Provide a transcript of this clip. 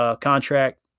Contract